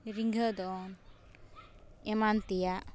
ᱨᱤᱸᱡᱷᱟᱹ ᱫᱚᱱ ᱮᱢᱟᱱ ᱛᱮᱭᱟᱜ